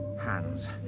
hands